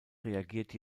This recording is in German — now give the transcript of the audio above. reagiert